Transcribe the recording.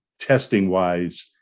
testing-wise